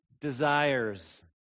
desires